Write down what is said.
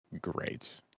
great